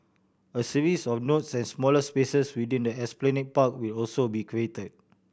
a series of nodes and smaller spaces within the Esplanade Park will also be created